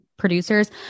producers